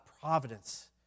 providence